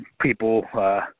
People